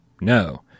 No